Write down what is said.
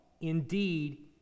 Indeed